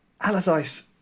Allardyce